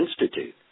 Institute